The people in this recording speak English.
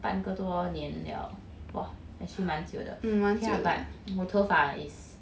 半个多年了 !wah! actually 蛮久的 ya but 我头发 is